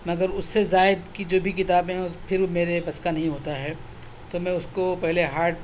مگر اس سے زائد کی جو بھی کتابیں ہیں اس پھر میرے بس کا نہیں ہوتا ہے تو میں اس کو پہلے ہارڈ